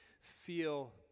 feel